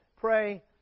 pray